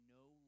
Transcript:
no